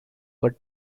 were